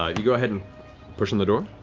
ah you go ahead and push on the door?